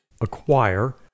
acquire